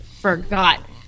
forgot